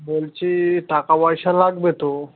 বলছি টাকা পয়সা লাগবে তো